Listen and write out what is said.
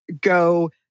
go